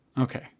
Okay